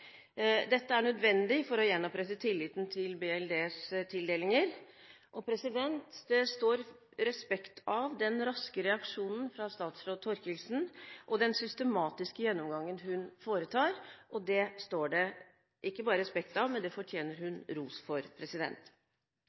Dette er nødvendig for å gjenopprette tilliten til BLDs tildelinger. Det står respekt av den raske reaksjonen fra statsråd Thorkildsen og den systematiske gjennomgangen hun foretar, og hun fortjener også ros for det. Under prosessen kom det